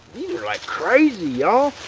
these are like crazy ya'll.